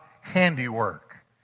handiwork